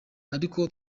ariko